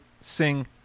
Sing